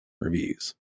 reviews